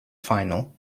final